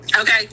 Okay